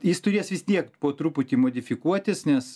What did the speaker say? jis turės vis tiek po truputį modifikuotis nes